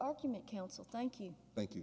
argument counsel thank you thank you